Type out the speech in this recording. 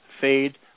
fade